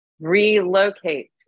relocate